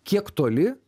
kiek toli